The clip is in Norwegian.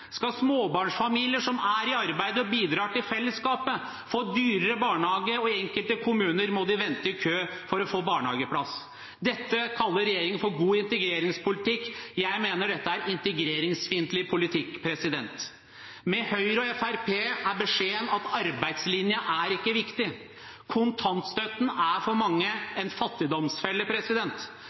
skal småbarnsfamilier som er i arbeid og bidrar til fellesskapet, få dyrere barnehage, og i enkelte kommuner må de vente i kø for å få barnehageplass. Dette kaller regjeringen for god integreringspolitikk. Jeg mener det er integreringsfiendtlig politikk. Med Høyre og Fremskrittspartiet er beskjeden at arbeidslinjen ikke er viktig. Kontantstøtten er for mange en fattigdomsfelle.